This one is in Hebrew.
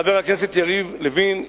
חבר הכנסת יריב לוין,